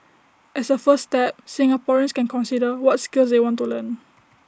as A first step Singaporeans can consider what skills they want to learn